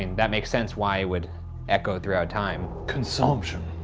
and that makes sense why it would echo throughout time. consumption.